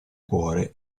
cuore